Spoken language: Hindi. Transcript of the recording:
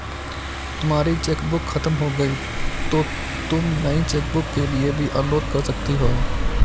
तुम्हारी चेकबुक खत्म हो गई तो तुम नई चेकबुक के लिए भी अनुरोध कर सकती हो